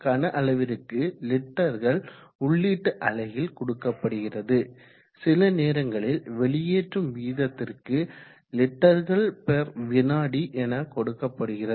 கனஅளவிற்கு லிட்டர்கள் உள்ளீட்டு அலகில் கொடுக்கப்படுகிறது சில நேரங்களில் வெளியேற்றும் வீதத்திற்கு லிட்டர்கள்வி literss எனக் கொடுக்கப்படுகிறது